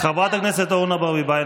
חברת הכנסת אורנה ברביבאי,